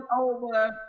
over